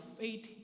faith